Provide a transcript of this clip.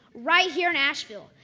right here in ashville,